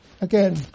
Again